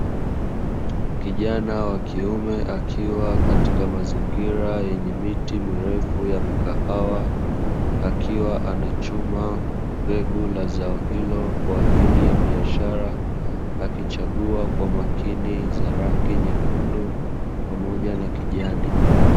Kijana wa kiume akiwa katika mazingira yenye miti mirefu ya mikahawa, akiwa anachuma mbegu la zao hilo kwa ajili ya biashara, akichagua kwa makini za rangi nyekundu pamoja na kijani.